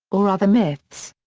or other myths.